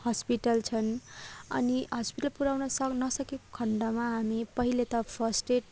hospital छन् अनि hospital पुऱ्याउन नसकेको खण्डमा हामी पहिले त फर्स्ट एड